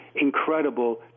incredible